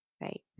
Right